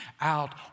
out